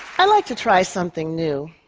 i'd like to try something new.